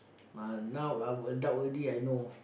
uh now I adult already I know